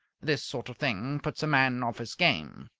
this sort of thing puts a man off his game.